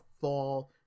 fall